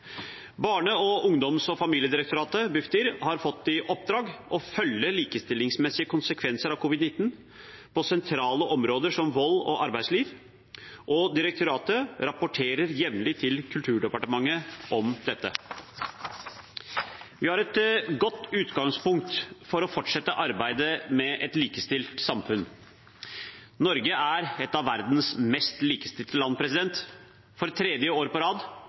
Barne-, ungdoms- og familiedirektoratet, Bufdir, har fått i oppdrag å følge likestillingsmessige konsekvenser av covid-19 på sentrale områder som vold og arbeidsliv. Direktoratet rapporterer jevnlig til Kulturdepartementet om dette. Vi har et godt utgangspunkt for å fortsette arbeidet med et likestilt samfunn. Norge er et av verdens mest likestilte land. For tredje år på rad